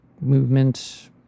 movement